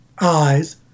eyes